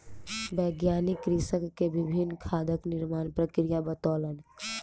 वैज्ञानिक कृषक के विभिन्न खादक निर्माण प्रक्रिया बतौलक